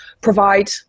provide